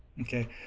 Okay